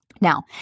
Now